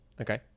Okay